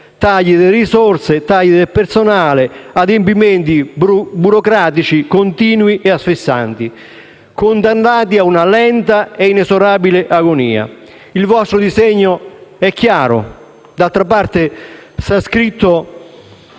tagli alle risorse e al personale e adempimenti burocratici continui e asfissianti, condannandoli così a una lenta e inesorabile agonia. Il vostro disegno è chiaro. D'altra parte, è scritto